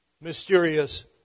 mysterious